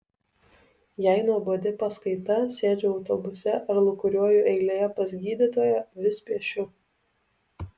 jei nuobodi paskaita sėdžiu autobuse ar lūkuriuoju eilėje pas gydytoją vis piešiu